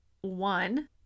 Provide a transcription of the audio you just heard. one